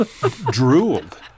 drooled